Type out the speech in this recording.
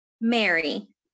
Mary